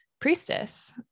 priestess